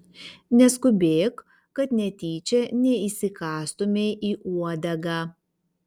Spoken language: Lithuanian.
neskubėk kad netyčia neįsikąstumei į uodegą